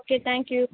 okay thank you